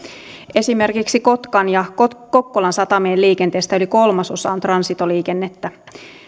esimerkiksi kotkan ja kokkolan satamien liikenteestä yli kolmasosa on transitoliikennettä